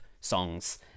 songs